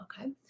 okay